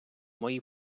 моїй